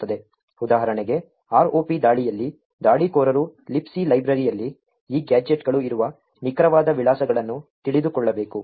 ಉದಾಹರಣೆಗೆ ROP ದಾಳಿಯಲ್ಲಿ ದಾಳಿಕೋರರು Libc ಲೈಬ್ರರಿಯಲ್ಲಿ ಈ ಗ್ಯಾಜೆಟ್ಗಳು ಇರುವ ನಿಖರವಾದ ವಿಳಾಸಗಳನ್ನು ತಿಳಿದುಕೊಳ್ಳಬೇಕು